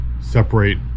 separate